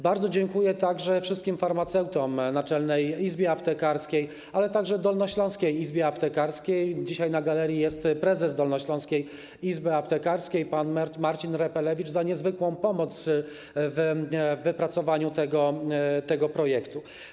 Bardzo dziękuję także wszystkim farmaceutom, Naczelnej Izbie Aptekarskiej, ale także Dolnośląskiej Izbie Aptekarskiej - dzisiaj na galerii jest prezes Dolnośląskiej Izby Aptekarskiej pan Marcin Repelewicz - za niezwykłą pomoc w wypracowaniu tego projektu.